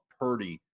Purdy